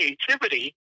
creativity